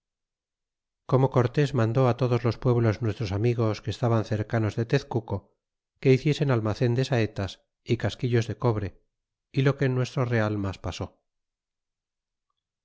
como cortés mandó todos los pueblos nuestros amigos que estaban cercanos de tezcuco que hiciesen almacen de saetas casquillos de cobre y lo que en nuestro real mas pasó